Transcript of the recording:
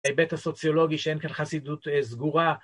‫היבט הסוציולוגי שאין כאן חסידות סגורה.